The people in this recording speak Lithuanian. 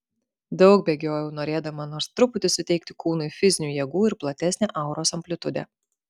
daug bėgiojau norėdama nors truputį suteikti kūnui fizinių jėgų ir platesnę auros amplitudę